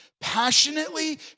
Passionately